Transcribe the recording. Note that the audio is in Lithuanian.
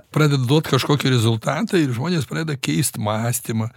pradeda duot kažkokį rezultatą ir žmonės pradeda keist mąstymą